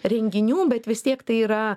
renginių bet vis tiek tai yra